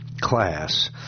class